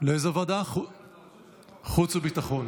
ועדת חוץ וביטחון.